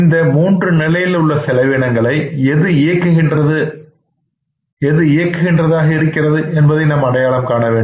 இந்த மூன்று நிலையில் உள்ள செலவினங்களை எது இயக்குகின்றதாக இருக்கின்றது என்பதை நாம் அடையாளம் காணவேண்டும்